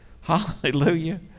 hallelujah